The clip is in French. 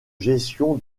gestion